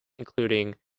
including